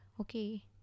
okay